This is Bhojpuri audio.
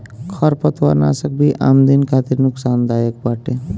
खरपतवारनाशक भी आदमिन खातिर नुकसानदायक बाटे